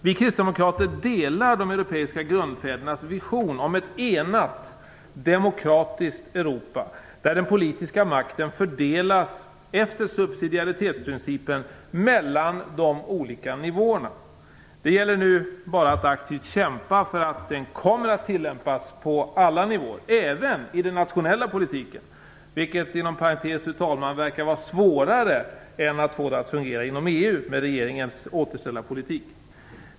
Vi kristdemokrater delar de europeiska grundfädernas vision om ett enat, demokratiskt Europa, där den politiska makten fördelas efter subsidiaritetsprincipen mellan de olika nivåerna. Det gäller nu bara att aktivt kämpa för att den kommer att tillämpas på alla nivåer, även i den nationella politiken. Inom parentes sagt, fru talman, verkar det vara svårare än att få det att fungera inom EU, med regeringens återställarpolitik.